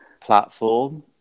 platform